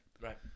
Right